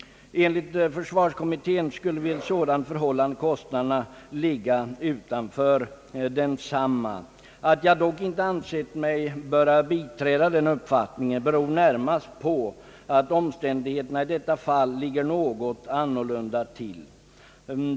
Enligt försvarskommittén skulle vid ett sådant förhållande kostnaderna ligga utanför. Att jag dock inte ansett mig böra biträda den uppfattningen beror närmast på att omständigheterna i detta fall ligger något annorlunda till.